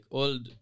old